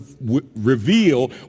reveal